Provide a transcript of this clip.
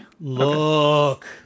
Look